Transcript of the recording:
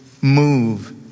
move